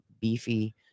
beefy